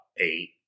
eight